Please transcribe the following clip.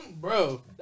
Bro